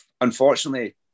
Unfortunately